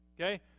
okay